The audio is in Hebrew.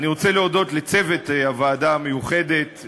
אני רוצה להודות לצוות הוועדה המיוחדת,